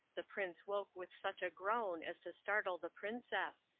the prince woke with such a groan as to startle the princess,